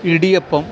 idiyappam